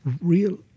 real